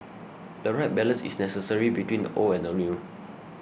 the right balance is necessary between the old and the new